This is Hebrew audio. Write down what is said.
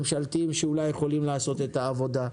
ממשלתיים שאולי יכולים לעשות את העבודה.